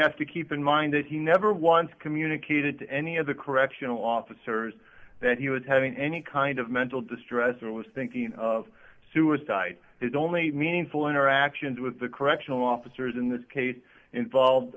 have to keep in mind that he never once communicated to any of the correctional officers that he was having any kind of mental distress it was thinking of suicide is only meaningful interactions with the correctional officers in this case involved